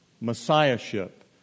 messiahship